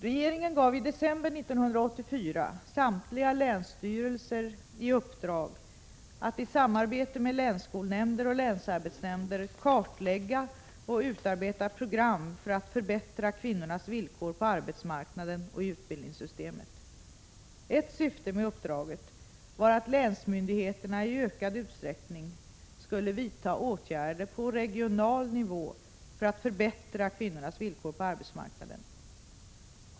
Regeringen gav i december 1984 samtliga länsstyrelser i uppdrag att i samarbete med länsskolnämnder och länsarbetsnämnder kartlägga och utarbeta program för att förbättra kvinnornas villkor på arbetsmarknaden och i utbildningssystemet. Ett syfte med uppdraget var att länsmyndigheterna i ökad utsträckning skulle vidta åtgärder på regional nivå för att förbättra kvinnornas villkor på arbetsmarknaden.